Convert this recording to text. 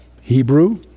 Hebrew